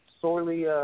sorely –